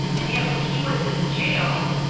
and yet when he was in jail,